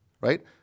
right